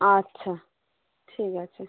আচ্ছা ঠিক আছে